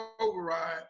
override